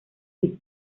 luis